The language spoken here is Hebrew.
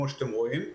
כמו שאתם רואים.